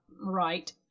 right